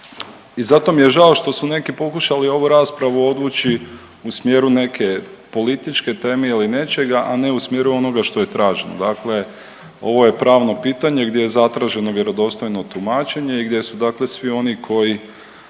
i zato mi je žao što su neki pokušali ovu raspravu odvući u smjeru neke političke teme ili nečega, a ne u smjeru onoga što je traženo. Dakle, ovo je pravno pitanje gdje je zatraženo vjerodostojno tumačenje i gdje su dakle svi oni koji